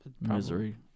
Misery